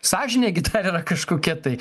sąžinė gi dar yra kažkokia tai